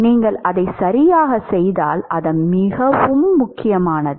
நீங்கள் அதைச் சரியாகச் செய்தால் அது மிகவும் முக்கியமானது